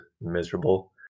miserable